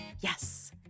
Yes